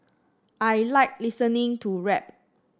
I like listening to rap